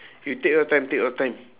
you take your time take your time